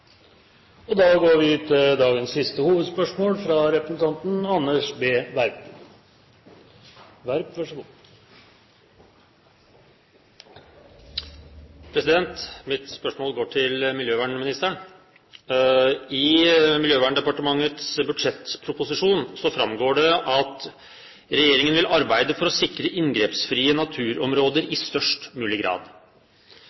går til dagens siste hovedspørsmål. Mitt spørsmål går til miljøvernministeren. I Miljøverndepartementets budsjettproposisjon fremgår det at regjeringen vil arbeide for å sikre inngrepsfrie naturområder i